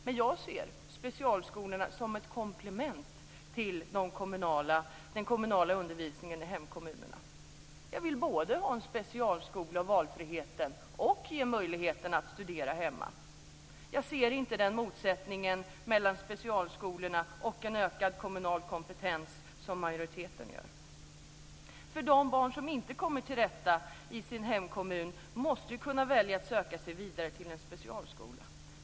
Men jag ser specialskolorna som ett komplement till den kommunala undervisningen i hemkommunerna. Jag vill både ha en specialskola och en möjlighet att studera i hemkommunen. Jag ser inte den motsättningen mellan specialskolorna och en ökad kommunal kompetens som majoriteten gör. De barn som inte finner sig till rätta i sin hemkommun måste kunna välja att söka sig vidare till en specialskola.